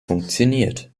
funktioniert